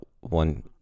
one